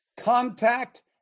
Contact